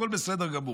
הכול בסדר גמור.